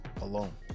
alone